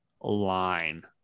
line